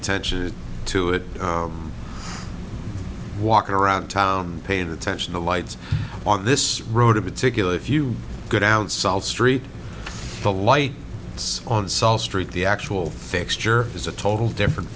attention to it walking around town paying attention to lights on this road of a ticket if you go down south street the light it's on sol street the actual fixture is a total different